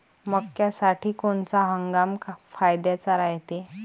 मक्क्यासाठी कोनचा हंगाम फायद्याचा रायते?